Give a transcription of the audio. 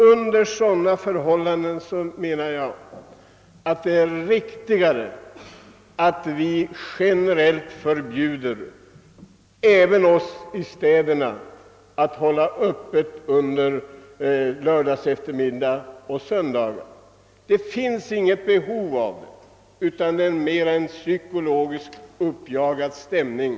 Under sådana förhållanden är det riktigare att vi generellt förbjuder även affärerna i städerna att hålla öppet under lördagseftermiddagar och söndagar. Det finns inget behov av ett öppethållande, utan det hela är betingat av en psykologiskt uppjagad stämning.